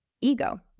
ego